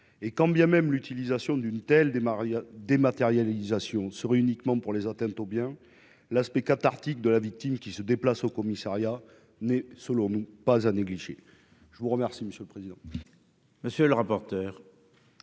Et quand bien même l'utilisation d'une telle dématérialisation servirait uniquement pour les atteintes aux biens, l'aspect cathartique pour la victime du déplacement au commissariat n'est, selon nous, pas à négliger. L'amendement n° 226, présenté